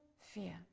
fear